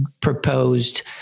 proposed